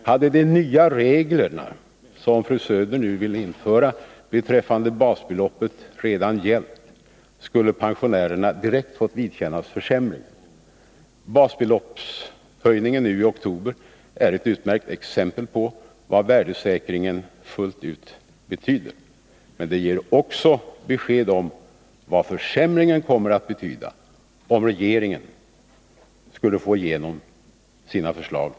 Hade de nya reglerna beträffande basbeloppet, vilka fru Söder nu vill införa, redan gällt, skulle pensionärerna direkt ha fått vidkännas försämringar. Basbeloppshöjningen nu i oktober är ett utmärkt exempel på vad värdesäkringen fullt ut betyder, men det ger också besked om vad försämringen kommer att betyda, om regeringen skulle få igenom sina förslag.